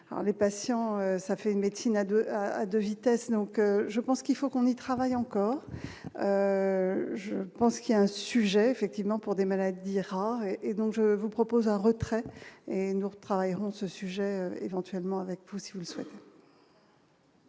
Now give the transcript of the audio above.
les patients, ça fait une médecine à 2 à 2 vitesses, donc je pense qu'il faut qu'on y travaille encore, je pense qu'il y a un sujet effectivement pour des maladies rares et donc je vous propose un retrait et ne retravailleront ce sujet éventuellement avec vous si vous souhaitez.